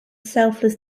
selfless